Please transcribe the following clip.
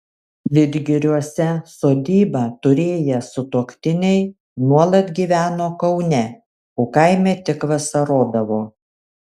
vidgiriuose sodybą turėję sutuoktiniai nuolat gyveno kaune o kaime tik vasarodavo